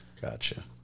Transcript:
Gotcha